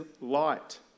light